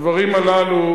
הדברים הללו